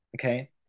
Okay